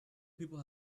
people